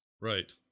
right